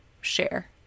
share